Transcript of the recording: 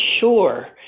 sure